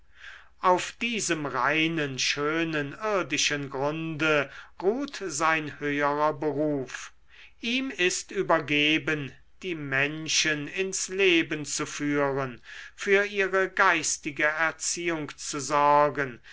auf diesem reinen schönen irdischen grunde ruht sein höherer beruf ihm ist übergeben die menschen ins leben zu führen für ihre geistige erziehung zu sorgen